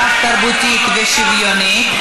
רב-תרבותית ושוויונית,